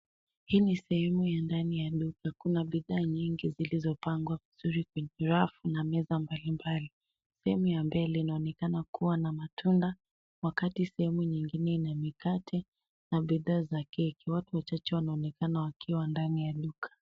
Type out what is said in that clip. Hii ni sehemu ya ndani ya duka kuna bidhaa nyingi zilizo pangwa vizuri kwenye rafu na meza mbali mbali sehemu ya mbele inaonekana kuwa na matunda wakati sehemu nyingine ina mikate na bidhaa za keki. Watu wachache wanaonekana wakiwa ndani ya duka.